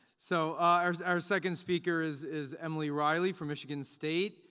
so our our second speaker is is emily riley from michigan state,